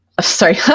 Sorry